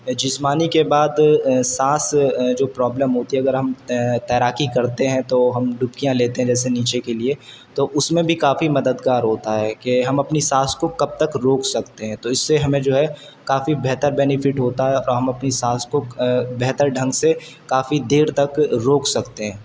جسمانی کے بعد سانس جو پرابلم ہوتی ہے اگر ہم تیراکی کرتے ہیں تو ہم ڈبکیاں لیتے ہیں جیسے نیچے کے لیے تو اس میں بھی کافی مددگار ہوتا ہے کہ ہم اپنی سانس کو کب تک روک سکتے ہیں تو اس سے ہمیں جو ہے کافی بہتر بینیفٹ ہوتا ہے اور ہم اپنی سانس کو بہتر ڈھنگ سے کافی دیر تک روک سکتے ہیں